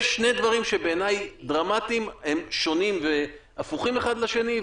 אלה שני דברים שהם דרמטיים והם שונים והפוכים אחד לשני,